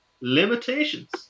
limitations